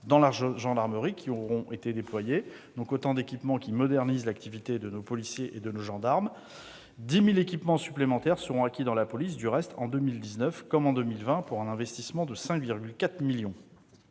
dans la gendarmerie auront été déployés. Ce sont autant d'équipements qui moderniseront l'activité de nos policiers et de nos gendarmes. Par ailleurs, 10 000 équipements supplémentaires seront acquis dans la police en 2019, comme en 2020, pour un investissement de 5,4 millions